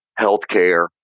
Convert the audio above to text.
healthcare